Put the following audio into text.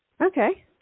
Okay